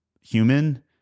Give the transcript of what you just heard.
human